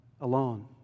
alone